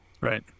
Right